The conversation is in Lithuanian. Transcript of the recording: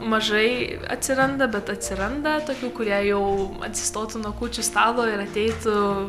mažai atsiranda bet atsiranda tokių kurie jau atsistotų nuo kūčių stalo ir ateitų